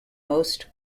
most